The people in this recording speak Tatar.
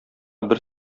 бер